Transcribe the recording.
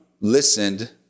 listened